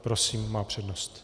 Prosím, má přednost.